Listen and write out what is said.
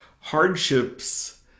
Hardships